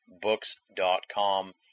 Books.com